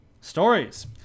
stories